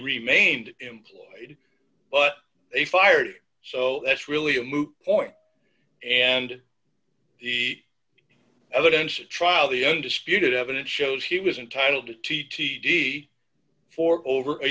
remained employed but they fired so that's really a moot point and the evidence at trial the undisputed evidence shows he was entitled to t t d for over a